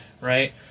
right